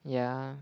yeah